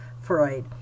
Freud